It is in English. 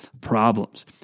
problems